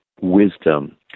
wisdom